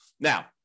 Now